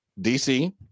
DC